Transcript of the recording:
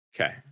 Okay